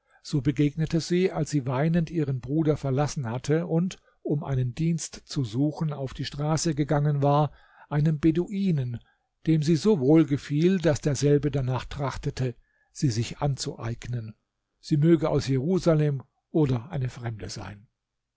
so begegnete sie als sie weinend ihren bruder verlassen hatte und um einen dienst zu suchen auf die straße gegangen war einem beduinen dem sie so wohl gefiel daß derselbe danach trachtete sie sich anzueignen sie möge aus jerusalem oder eine fremde sein